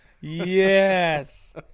Yes